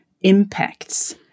impacts